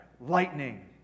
lightning